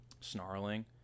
snarling